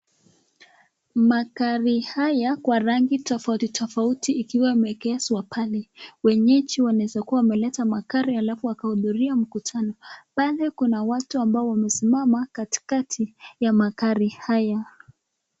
Magari haya kwa rangi tofauti tofauti ikiwa imeegezwa pale. Wenyeji wanaweza kuwa wameleta magari alafu wakahudhuria mkutano. Pale kuna watu ambao wamesimama katikati ya magari haya.